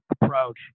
approach